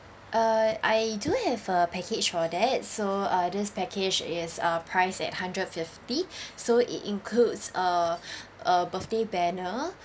uh I do have a package for that so uh this package is uh priced at hundred fifty so it includes a a birthday banner